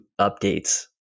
updates